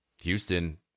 Houston